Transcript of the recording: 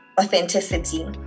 authenticity